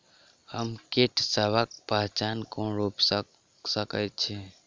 हम कीटसबक पहचान कोन रूप सँ क सके छी?